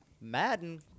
Madden